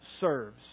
serves